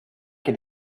can